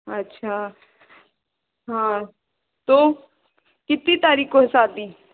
अच्छा हाँ तो कितनी तारीख़ को है शादी